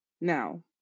Now